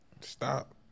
stop